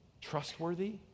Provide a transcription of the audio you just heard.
trustworthy